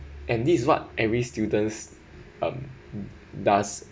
and this is what every student's um does